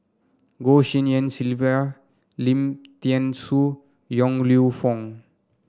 Goh Tshin En Sylvia Lim Thean Soo Yong Lew Foong